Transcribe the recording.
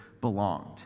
belonged